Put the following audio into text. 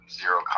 zero